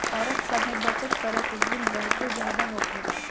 औरत सब में बचत करे के गुण बहुते ज्यादा होखेला